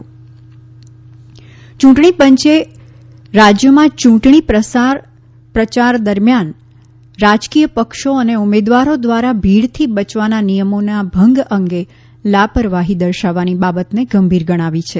યૂંટણીપંચે રાજ્યોમાં યૂંટણી પ્ર ચાર દરમિયાન રાજકીય પક્ષો અને ઉમેદવારો દ્વારા ભીડથી બચવાના નિયમોના ભંગ અંગે લાપરવાહી દર્શાવવાની બાબતને ગંભીર ગણાવી છે